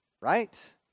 right